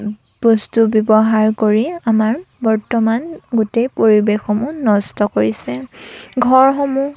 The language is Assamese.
বস্তু ব্যৱহাৰ কৰি আমাৰ বৰ্তমান গোটেই পৰিৱেশসমূহ নষ্ট কৰিছে ঘৰসমূহ